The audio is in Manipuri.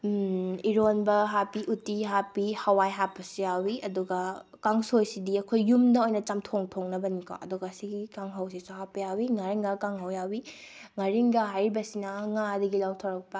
ꯏꯔꯣꯟꯕ ꯍꯥꯞꯄꯤ ꯎꯇꯤ ꯍꯥꯞꯄꯤ ꯍꯋꯥꯏ ꯍꯥꯞꯄꯁꯨ ꯌꯥꯎꯋꯤ ꯑꯗꯨꯒ ꯀꯥꯡꯁꯣꯏꯁꯤꯗꯤ ꯑꯩꯈꯣꯏ ꯌꯨꯝꯗ ꯑꯣꯏꯅ ꯆꯝꯊꯣꯡ ꯊꯣꯡꯅꯕꯅꯤꯀꯣ ꯑꯗꯨꯒ ꯁꯤꯒꯤ ꯀꯥꯡꯉꯧꯁꯤꯁꯨ ꯍꯥꯞꯄ ꯌꯥꯎꯋꯤ ꯉꯥꯔꯤꯡꯈꯥ ꯀꯥꯡꯉꯧ ꯌꯥꯎꯋꯤ ꯉꯥꯔꯤꯡꯈꯥ ꯍꯥꯏꯔꯤꯕꯁꯤꯅ ꯉꯥꯗꯒꯤ ꯂꯧꯊꯣꯔꯛꯄ